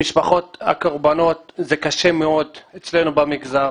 למשפחות הקורבנות קשה מאוד אצלנו במגזר,